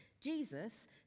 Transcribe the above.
Jesus